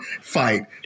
fight